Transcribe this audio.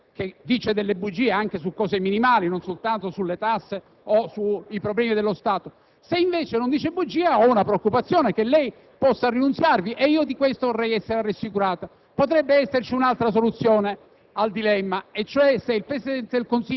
Se non è possibile, significa che egli dice delle bugie anche su cose minimali, non soltanto sulle tasse o sui problemi dello Stato. Se invece non dice bugie, ho una preoccupazione: che lei possa rinunziarvi. E di questo vorrei essere rassicurato. Potrebbe esserci un'altra soluzione